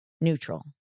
neutral